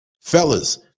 Fellas